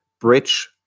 bridge